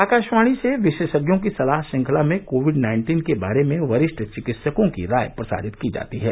आकाशवाणी से विशेषज्ञों की सलाह श्रखंला में कोविड नाइन्टीन के बारे में वरिष्ठ चिकित्सकों की राय प्रसारित की जाती है